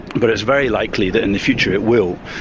but it's very likely that in the future it will,